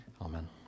amen